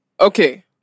Okay